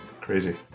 Crazy